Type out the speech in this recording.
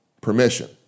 permission